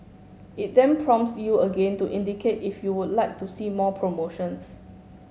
it then prompts you again to indicate if you would like to see more promotions